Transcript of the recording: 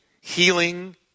healing